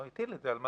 והטיל את זה על מל"ל.